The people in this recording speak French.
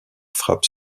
frappe